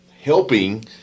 helping